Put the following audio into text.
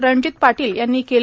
रणजित पाटील यांनी केल